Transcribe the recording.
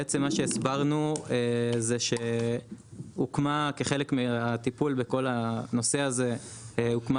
בעצם מה שהסברנו זה שהוקמה כחלק מהטיפול בכל הנושא הזה הוקמה